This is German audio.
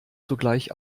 zugleich